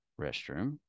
restroom